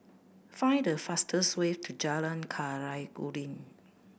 find the fastest way to Jalan Khairuddin